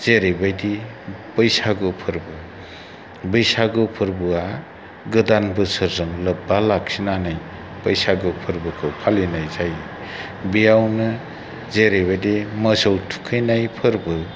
जेरैबायदि बैसागु फोरबो बैसागु फोरबोया गोदान बोसोरजों लोब्बा लाखिनानै बैसागु फोरबोखौ फालिनाय जायो बेयावनो जेरैबायदि मोसौ थुखैनाय फोरबो